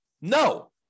No